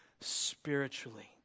spiritually